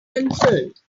concerned